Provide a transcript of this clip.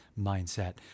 mindset